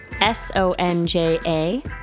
S-O-N-J-A